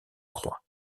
crois